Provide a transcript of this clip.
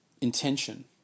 intention